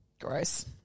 Gross